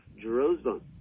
Jerusalem